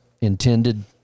intended